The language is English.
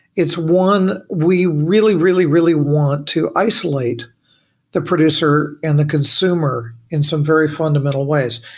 it's one we really, really, really want to isolate the producer and the consumer in some very fundamental ways.